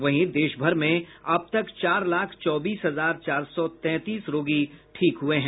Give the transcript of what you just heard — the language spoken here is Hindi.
वहीं देश भर में अब तक चार लाख चौबीस हजार चार सौ तैंतीस रोगी ठीक हुए हैं